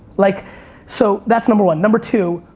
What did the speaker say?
like so, that's number one. number two,